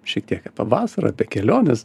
šiek tiek apie vasarą apie keliones